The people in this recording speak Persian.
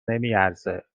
نمیارزه